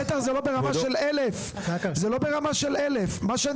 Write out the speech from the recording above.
ובטח שזה לא ברמה של 1,000 עובדים.